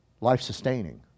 life-sustaining